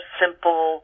simple